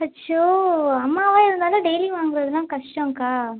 அச்சோ அம்மாவா இருந்தாலும் டெய்லியும் வாங்கறதுலாம் கஷ்டம்க்கா